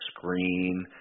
screen